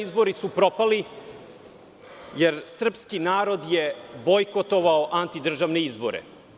Izbori su propali 3. novembra jer je srpski narod bojkotovao antidržavne izbore.